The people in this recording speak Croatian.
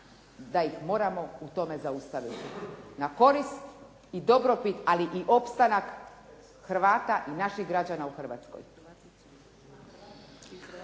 da ih moramo u tome zaustaviti na korist i dobrobit, ali i opstanak Hrvata i naših građana u Hrvatskoj.